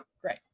great